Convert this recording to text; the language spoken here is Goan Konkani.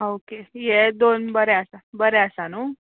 ओ ओके ये दोन बरें आसा बरें आसा नूं